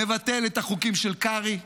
נבטל את החוקים של קרעי,